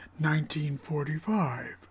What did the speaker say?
1945